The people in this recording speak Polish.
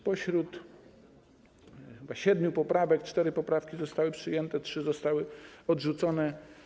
Spośród chyba siedmiu poprawek cztery poprawki zostały przyjęte, trzy zostały odrzucone.